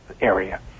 area